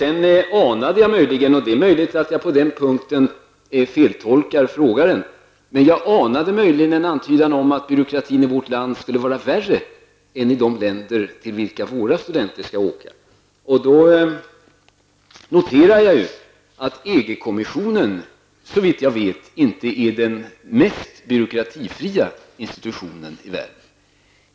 Sedan anade jag, men det är möjligt att jag på den punkten feltolkar frågeställaren, en antydan om att byråkratin i vårt land skulle vara värre än i de länder till vilka våra studenter skall åka. Då noterar jag att EG kommissionen, såvitt jag vet, inte är den mest byråkratifria institutionen i världen.